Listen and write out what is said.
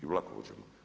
I vlakovođama.